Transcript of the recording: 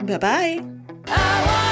Bye-bye